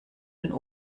den